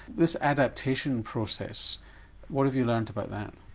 this adaptation process what have you learned about that?